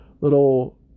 little